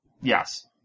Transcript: Yes